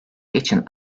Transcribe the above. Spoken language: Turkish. için